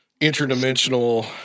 interdimensional